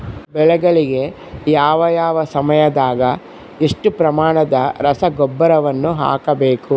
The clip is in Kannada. ಬೆಳೆಗಳಿಗೆ ಯಾವ ಯಾವ ಸಮಯದಾಗ ಎಷ್ಟು ಪ್ರಮಾಣದ ರಸಗೊಬ್ಬರವನ್ನು ಹಾಕಬೇಕು?